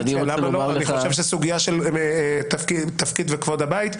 אני חושב שהסוגיה של תפקיד וכבוד הבית,